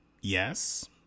Yes